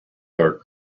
are